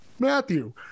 Matthew